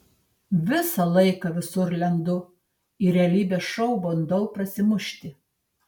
visą laiką visur lendu į realybės šou bandau prasimušti